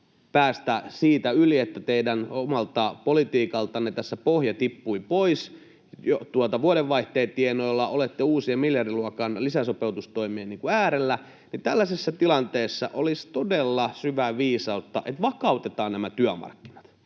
päästä yli siitä, että teidän omalta politiikaltanne pohja tippui pois vuodenvaihteen tienoilla, olette uusien miljardiluokan lisäsopeutustoimien äärellä, niin tällaisessa tilanteessa olisi todella syvää viisautta, että vakautetaan nämä työmarkkinat.